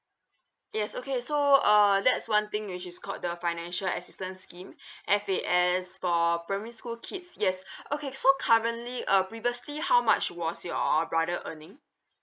yes okay so uh there's one thing which is called the financial assistance scheme F_A_S for primary school kids yes okay so currently uh previously how much was your brother earning